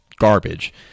Garbage